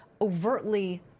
overtly